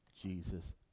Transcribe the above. Jesus